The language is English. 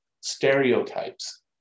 stereotypes